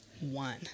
one